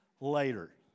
later